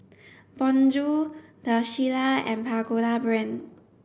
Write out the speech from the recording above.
Bonjour The Shilla and Pagoda Brand